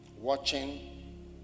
watching